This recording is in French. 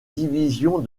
divisions